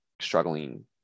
struggling